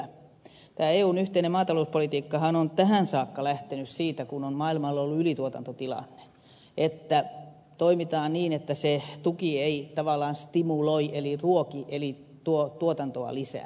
tämä eun yhteinen maatalouspolitiikkahan on tähän saakka lähtenyt siitä kun on maailmalla ollut ylituotantotilanne että toimitaan niin että se tuki ei tavallaan stimuloi eli ruoki eli tuo tuotantoa lisää